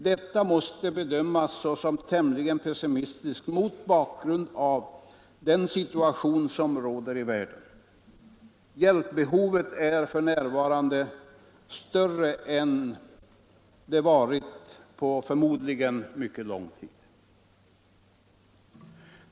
Detta måste bedömas tämligen pessimistiskt mot bakgrund av den situation som råder i världen. Hjälpbehovet är f. n. större än det varit på förmodligen mycket lång tid.